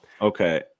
Okay